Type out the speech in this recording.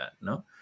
no